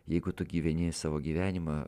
jeigu tu gyveni savo gyvenimą